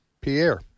Pierre